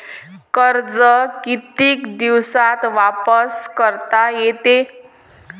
कर्ज कितीक दिवसात वापस करता येते?